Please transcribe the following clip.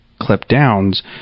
clip-downs